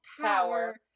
Power